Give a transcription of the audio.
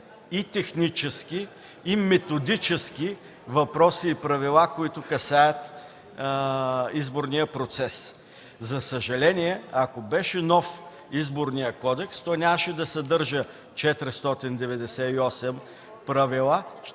и технически, и методически въпроси и правила, които касаят изборния процес. За съжаление, ако беше нов Изборният кодекс, той нямаше да съдържа 498 правила.